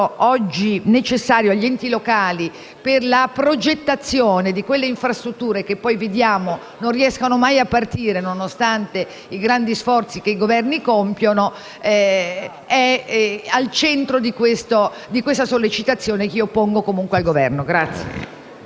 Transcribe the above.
oggi necessario agli enti locali per la progettazione di quelle infrastrutture che vediamo non partire mai nonostante i grandi sforzi che i Governi compiono, è al centro di questa sollecitazione che pongo al rappresentante